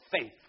faith